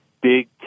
big